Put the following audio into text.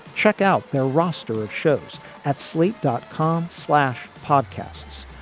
check out their roster of shows at slate dot com. slash podcasts.